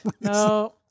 No